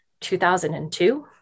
2002